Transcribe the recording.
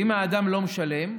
ואם האדם לא משלם,